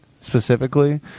specifically